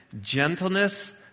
gentleness